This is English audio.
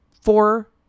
four